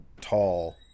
tall